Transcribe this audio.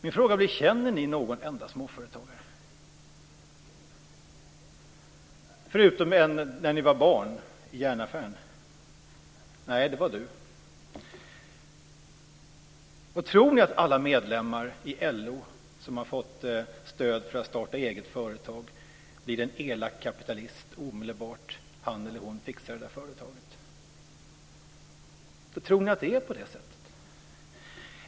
Min fråga blir: Känner ni någon enda småföretagare? Tror ni att alla medlemmar i LO som har fått stöd för att starta eget företag blir en elak kapitalist omedelbart som han eller hon har fixat det där företaget? Tror ni att det är på det sättet?